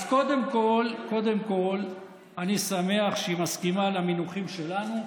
אז קודם כול, אני שמח שהיא מסכימה למינוחים שלנו,